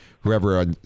whoever